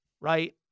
right